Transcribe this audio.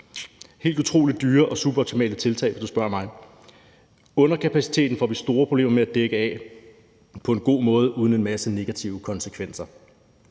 helt utrolig dyre og suboptimale tiltag, hvis du spørger mig. Underkapaciteten får vi store problemer med at dække af på en god måde uden en masse negative konsekvenser,